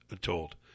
told